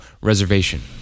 reservation